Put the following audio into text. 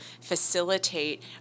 facilitate